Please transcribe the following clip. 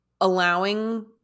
allowing